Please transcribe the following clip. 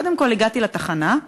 קודם כול, הגעתי לתחנה,